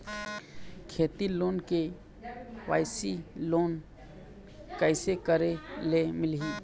खेती loan KYC loan कइसे करे ले मिलही?